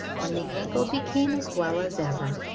when the ankle became as well as ever.